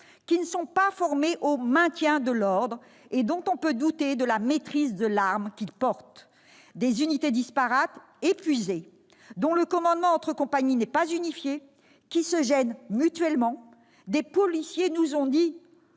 qui ne sont pas formés au maintien de l'ordre et dont on peut douter qu'ils maîtrisent l'arme qu'ils portent. Les unités sont disparates et épuisées ; leur commandement entre compagnies n'est pas unifié, et elles se gênent mutuellement. Des policiers nous ont dit